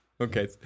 Okay